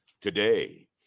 Today